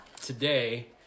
today